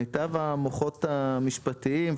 מיטב המוחות המשפטיים,